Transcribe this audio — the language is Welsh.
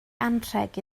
anrheg